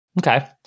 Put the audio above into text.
okay